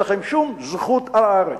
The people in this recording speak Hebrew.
אין לכם שום זכות על הארץ.